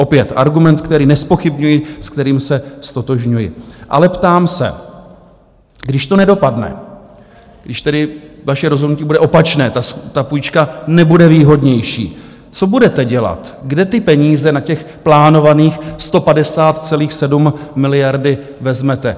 Opět argument, který nezpochybňuji, s kterým se ztotožňuji, ale ptám se: když to nedopadne, když tedy vaše rozhodnutí bude opačné, ta půjčka nebude výhodnější, co budete dělat, kde ty peníze na těch plánovaných 150,7 miliardy vezmete?